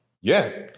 Yes